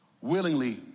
willingly